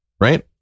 Right